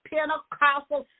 Pentecostal